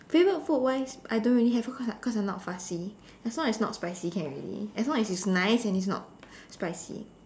favorite food wise I don't really have cause I cause I'm not fussy as long as not spicy can already as long as it's nice and it's not spicy